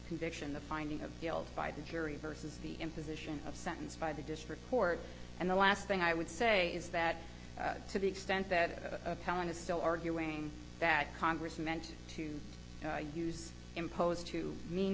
conviction the finding of guilt by the jury versus the imposition of sentence by the district court and the last thing i would say is that to the extent that a felon is still arguing that congress meant to use impose to mean